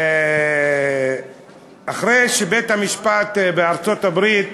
אחרי שבית-המשפט בארצות-הברית